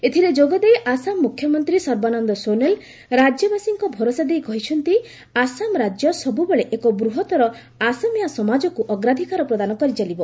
ଏଥିରେ ଯୋଗଦେଇ ଆସାମ ମୁଖ୍ୟମନ୍ତ୍ରୀ ସର୍ବାନନ୍ଦ ସୋନୱାଲ ରାଜ୍ୟବାସୀଙ୍କ ଭରସା ଦେଇ କହିଛନ୍ତି ଆସାମ ରାଜ୍ୟ ସବୁବେଳେ ଏକ ବୃହତର ଆସାମିଆ ସମାଜକୁ ଅଗ୍ରାଧିକାର ପ୍ରଦାନ କରି ଚାଲିବ